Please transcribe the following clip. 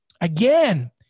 again